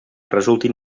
resultin